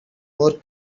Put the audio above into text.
more